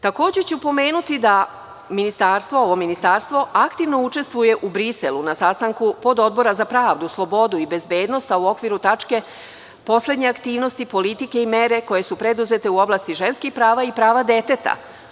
Takođe ću pomenuti da ovo ministarstvo aktivno učestvuje u Briselu na sastanku Pododbora za pravdu, slobodu i bezbednost, a u okviru tačke – Poslednje aktivnosti politike i mere koje su preduzete u oblasti ženskih prava i prava deteta.